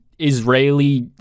israeli